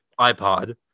iPod